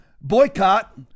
boycott